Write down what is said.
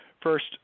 first